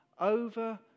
over